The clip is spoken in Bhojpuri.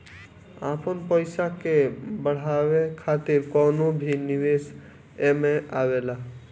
आपन पईसा के बढ़ावे खातिर कवनो भी निवेश एमे आवेला